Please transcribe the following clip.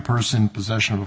person possession of a